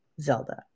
Zelda